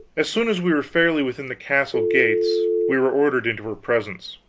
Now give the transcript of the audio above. as soon as we were fairly within the castle gates we were ordered into her presence.